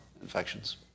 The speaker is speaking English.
infections